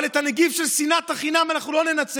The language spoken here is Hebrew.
אבל את הנגיף של שנאת החינם אנחנו לא ננצח